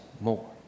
more